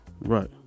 Right